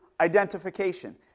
identification